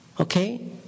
okay